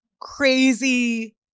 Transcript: crazy